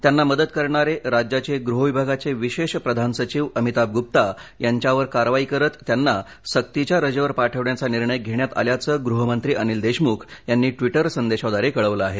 त्यांना मदत करणारे राज्याचे गृह विभागाचे विशेष प्रधान सचिव अमिताभ गुप्ता यांच्यावर कारवाई करत त्यांना सक्तीच्या रजेवर पाठवण्याचा निर्णय घेण्यात आल्याचं गृहमंत्री अनिल देशमुख यांनी ट्वीटर संदेशाद्वारे कळवले आहे